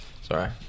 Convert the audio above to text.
Sorry